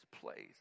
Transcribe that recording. place